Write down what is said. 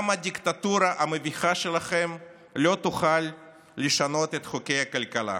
גם הדיקטטורה המביכה שלכם לא תוכל לשנות את חוקי הכלכלה,